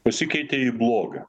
pasikeitė į blogą